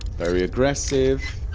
very aggressive